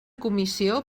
comissió